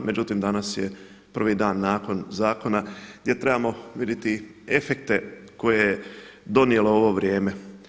Međutim, danas je prvi dan nakon zakona gdje trebamo vidjeti efekte koje je donijelo ovo vrijeme.